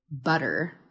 butter